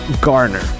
Garner